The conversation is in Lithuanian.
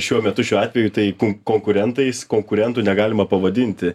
šiuo metu šiuo atveju tai kun konkurentais konkurentu negalima pavadinti